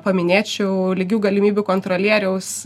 paminėčiau lygių galimybių kontrolieriaus